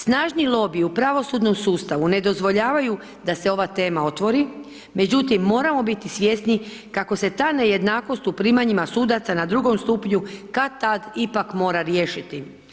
Snažni lobiji u pravosudnom sustavu ne dozvoljavaju da se ova tema otvori, međutim moramo biti svjesni kako se ta nejednakost u primanjima sudaca na drugom stupnju kad-tad ipak mora riješiti.